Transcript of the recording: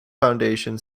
foundation